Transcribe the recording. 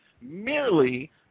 merely